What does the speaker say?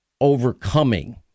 overcoming